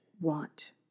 want